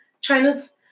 China's